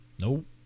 Nope